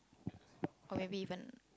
or maybe even